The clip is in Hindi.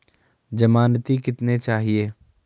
ज़मानती कितने चाहिये?